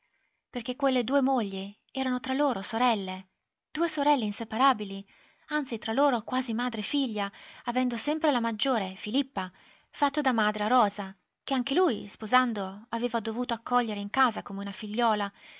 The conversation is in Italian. perché quelle due mogli erano tra loro sorelle due sorelle inseparabili anzi tra loro quasi madre e figlia avendo sempre la maggiore filippa fatto da madre a rosa che anche lui sposando aveva dovuto accogliere in casa come una figliola